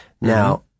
Now